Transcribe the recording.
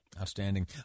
Outstanding